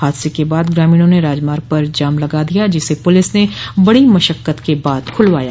हादसे के बाद ग्रामीणों ने राजमार्ग पर जाम लगा दिया जिसे पुलिस ने बड़ी मशक्कत के बाद खुलवाया